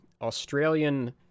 australian